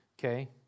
okay